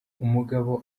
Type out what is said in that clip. umugabo